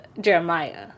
Jeremiah